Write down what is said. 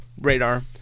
radar